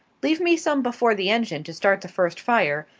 leave me some before the engine to start the first fire,